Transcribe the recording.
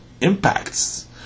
impacts